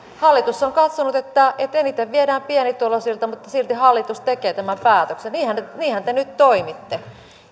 hallitus on katsonut että että eniten viedään pienituloisilta mutta silti hallitus tekee tämän päätöksen niinhän te nyt toimitte